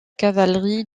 cavalerie